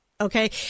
Okay